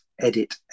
edit